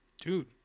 dude